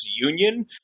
union